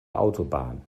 autobahn